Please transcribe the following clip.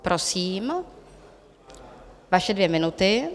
Prosím, vaše dvě minuty.